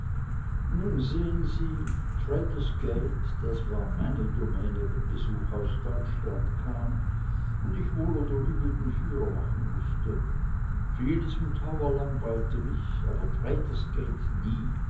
nun sehen sie traitors gate das war meine domäne wenn besuch aus deutschland kam und ich wohl oder übel den führer machen mußte vieles im tower langweilte mich aber traitors gate nie